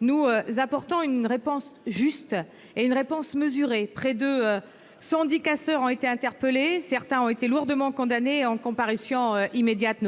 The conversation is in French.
nous apportons une réponse juste et mesurée. Près de 110 casseurs ont été interpellés. Certains ont été lourdement condamnés en comparution immédiate.